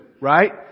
right